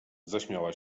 zaśmiała